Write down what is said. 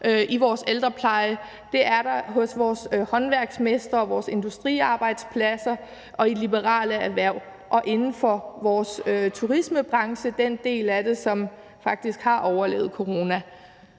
i vores ældrepleje, og det er der hos vores håndværksmestre, på vores industriarbejdspladser og i liberale erhverv og inden for vores turismebranche, den del af det, som faktisk har overlevet corona.